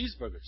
cheeseburgers